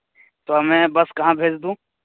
تو میں بس کہاں بھیج دوں